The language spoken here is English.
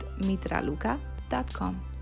mitraluka.com